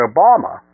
Obama